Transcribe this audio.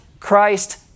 Christ